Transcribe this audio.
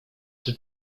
czy